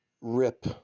rip